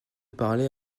parler